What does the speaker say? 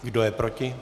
Kdo je proti?